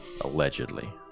Allegedly